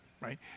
right